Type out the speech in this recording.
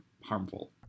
harmful